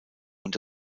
und